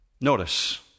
Notice